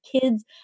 kids